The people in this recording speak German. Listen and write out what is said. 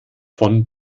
von